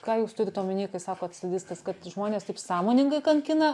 ką jūs turit omeny kai sakot sadistas kad žmonės taip sąmoningai kankina